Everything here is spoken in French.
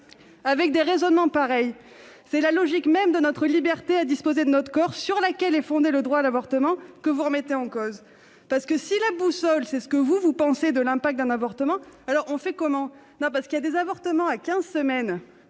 avec des raisonnements pareils, c'est la logique même de notre liberté à disposer de notre corps, sur laquelle est fondé le droit à l'avortement, que vous remettez en cause. Si la boussole, c'est ce que vous, vous pensez de l'impact d'un avortement, comment fait-on ? Il y a des avortements à quinze semaines